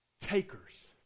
takers